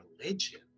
religion